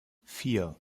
vier